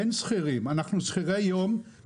אין שכירים, אנחנו שכירי יום.